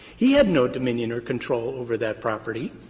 he had no dominion or control over that property.